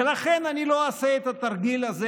ולכן אני לא אעשה את התרגיל הזה,